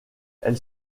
elle